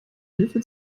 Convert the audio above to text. hilfe